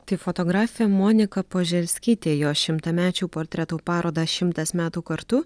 tai fotografė monika požerskytė jos šimtamečių portretų parodą šimtas metų kartu